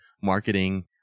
marketing